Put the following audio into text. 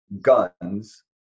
guns